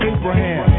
Abraham